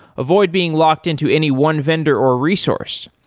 avoid being locked-in to any one vendor or resource.